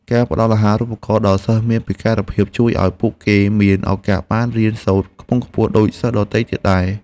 ការផ្តល់អាហារូបករណ៍ដល់សិស្សមានពិការភាពជួយឱ្យពួកគេមានឱកាសបានរៀនសូត្រខ្ពង់ខ្ពស់ដូចសិស្សដទៃទៀតដែរ។